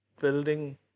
building